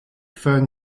fern